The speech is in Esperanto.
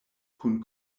kun